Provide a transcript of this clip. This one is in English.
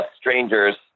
Strangers